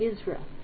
Israel